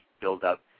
build-up